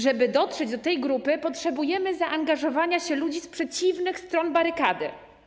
Żeby dotrzeć do tej grupy, potrzebujemy zaangażowania się ludzi z przeciwnych stron barykady.